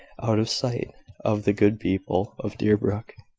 out of sight of the good people of deerbrook.